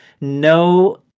No